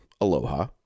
aloha